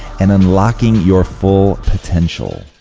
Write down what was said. and unlocking your full potential.